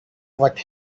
what